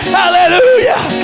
hallelujah